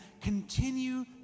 continue